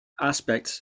aspects